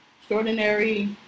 extraordinary